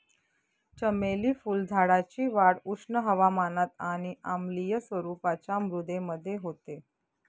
चमेली फुलझाडाची वाढ उष्ण हवामानात आणि आम्लीय स्वरूपाच्या मृदेमध्ये होते